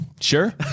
Sure